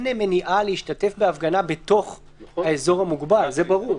מניעה להשתתף בהפגנה בתוך האזור המוגבל, זה ברור,